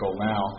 Now